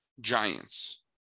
Giants